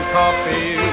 coffee